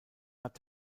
hat